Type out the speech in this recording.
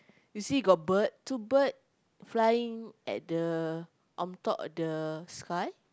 you see got bird two bird flying at the on top of the sky